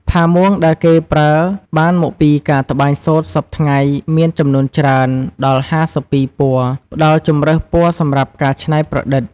ផាមួងដែលគេប្រើបានមកពីការត្បាញសូត្រសព្វថ្ងៃមានចំនួនច្រើន ដល់៥២ពណ៌ ផ្តល់ជម្រើសពណ៌សម្រាប់ការច្នៃប្រឌិត។